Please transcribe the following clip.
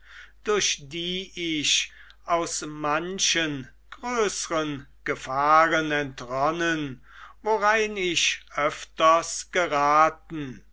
durch die ich aus manchen größern gefahren entronnen worein ich öfters geraten